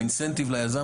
האינסנטיב ליזם,